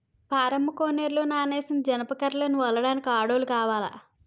పారమ్మ కోనేరులో నానేసిన జనప కర్రలను ఒలడానికి ఆడోల్లు కావాల